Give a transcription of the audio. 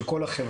של כל החברה,